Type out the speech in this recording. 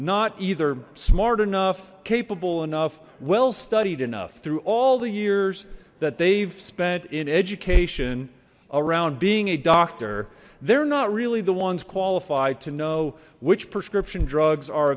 not either smart enough capable enough well studied enough through all the years that they've spent in education around being a doctor they're not really the ones qualified to know which prescription drugs are